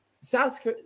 South